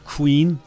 Queen